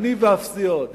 אני ואפסי עוד.